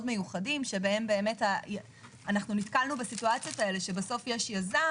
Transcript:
מיוחדים בהם נתקלנו בסיטואציות האלה שיש יזם,